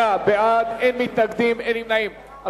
28 בעד, אין מתנגדים ואין נמנעים.